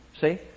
See